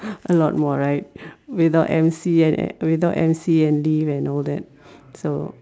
a lot more right without M_C and and without M_C and leave and all that so